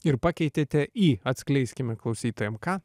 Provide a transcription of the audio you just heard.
ir pakeitėte į atskleiskime klausytojam ką